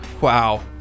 Wow